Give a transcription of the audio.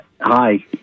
Hi